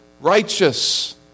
righteous